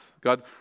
God